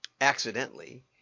accidentally